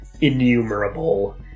innumerable